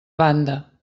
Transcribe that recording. banda